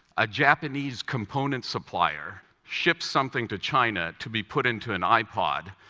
a japanese component supplier ships something to china to be put into an ipod,